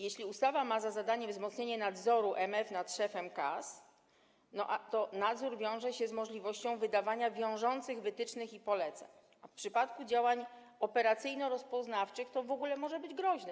Jeśli ustawa ma za zadanie wzmocnienie nadzoru MF nad szefem KAS, to nadzór wiąże się z możliwością wydawania wiążących wytycznych i poleceń, a w przypadku działań operacyjno-rozpoznawczych to w ogóle może być groźne.